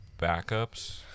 backups